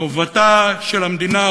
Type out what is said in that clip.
חובתה של המדינה,